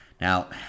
Now